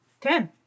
Ten